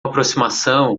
aproximação